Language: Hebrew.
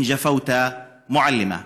לא יעוצו עצה אם לא יתייחסו אליהם בכבוד.